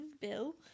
Bill